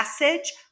message